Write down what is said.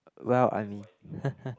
well I mean